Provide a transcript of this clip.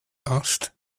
asked